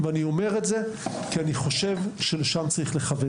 ואני אומר את זה כי אני חושב שלשם צריך לכוון,